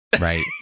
right